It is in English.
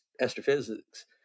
astrophysics